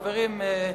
חברים,